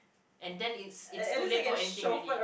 and then it's it's too late for anything already